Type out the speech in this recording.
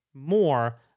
more